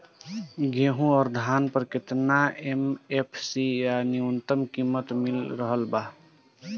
गेहूं अउर धान पर केतना एम.एफ.सी या न्यूनतम कीमत मिल रहल बा?